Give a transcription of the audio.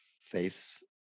faiths